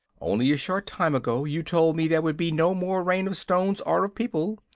only a short time ago you told me there would be no more rain of stones or of people,